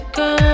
go